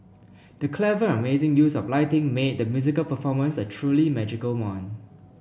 the clever and amazing use of lighting made the musical performance a truly magical one